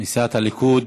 מסיעת הליכוד,